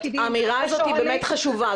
האמירה הזאת היא באמת חשובה,